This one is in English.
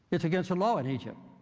it's against the law in egypt